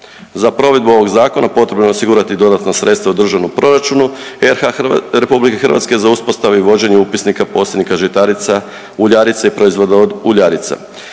Za provedbu ovog zakona potrebno je osigurati dodatna sredstva u državnom proračunu RH za uspostavu i vođenje upisnika posjednika žitarica, uljarica i proizvoda od uljarica.